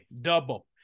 double